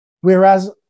whereas